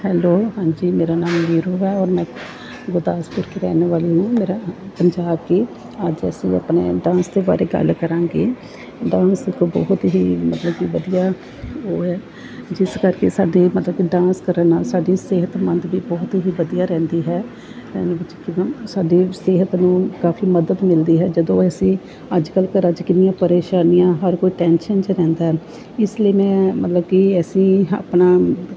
hello ਹਾਂਜੀ ਮੇਰਾ ਨਾਮ ਨੀਰੂ ਹੈ ਔਰ ਮੈਂ ਗੁਰਦਾਸਪੁਰ ਦੀ ਰਹਿਣ ਵਾਲੀ ਹਾਂ ਮੇਰਾ ਪੰਜਾਬ ਕੀ ਅੱਜ ਅਸੀਂ ਆਪਣੇ ਡਾਂਸ ਦੇ ਬਾਰੇ ਗੱਲ ਕਰਾਂਗੇ ਡਾਂਸ ਇੱਕ ਬਹੁਤ ਹੀ ਮਤਲਬ ਕਿ ਵਧੀਆ ਉਹ ਹੈ ਜਿਸ ਕਰਕੇ ਸਾਡੇ ਮਤਲਬ ਕਿ ਡਾਂਸ ਕਰਨ ਨਾਲ ਸਾਡੀ ਸਿਹਤਮੰਦ ਵੀ ਬਹੁਤ ਹੀ ਵਧੀਆ ਰਹਿੰਦੀ ਹੈ ਸਾਡੀ ਸਿਹਤ ਨੂੰ ਕਾਫੀ ਮਦਦ ਮਿਲਦੀ ਹੈ ਜਦੋਂ ਅਸੀਂ ਅੱਜ ਕੱਲ੍ਹ ਘਰਾਂ 'ਚ ਕਿੰਨੀਆਂ ਪਰੇਸ਼ਾਨੀਆਂ ਹਰ ਕੋਈ ਟੈਨਸ਼ਨ 'ਚ ਰਹਿੰਦਾ ਇਸ ਲਈ ਮੈਂ ਮਤਲਬ ਕਿ ਅਸੀਂ ਆਪਣਾ